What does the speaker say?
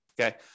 Okay